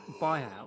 buyout